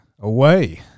away